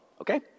Okay